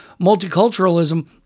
multiculturalism